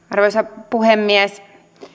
arvoisa puhemies